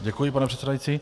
Děkuji, pane předsedající.